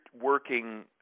working